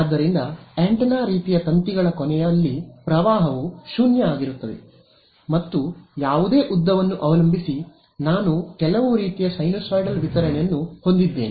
ಆದ್ದರಿಂದ ಆಂಟೆನಾ ರೀತಿಯ ತಂತಿಗಳ ಕೊನೆಯಲ್ಲಿ ಪ್ರವಾಹವು 0 ಆಗಿರುತ್ತದೆ ಮತ್ತು ಯಾವುದೇ ಉದ್ದವನ್ನು ಅವಲಂಬಿಸಿ ನಾನು ಕೆಲವು ರೀತಿಯ ಸೈನುಸೈಡಲ್ ವಿತರಣೆಯನ್ನು ಹೊಂದಿದ್ದೇನೆ